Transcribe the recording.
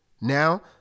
Now